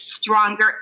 stronger